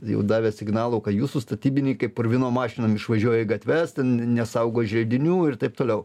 jau davė signalų kad jūsų statybininkai purvinom mašinom išvažiuoja į gatves ten nesaugo želdinių ir taip toliau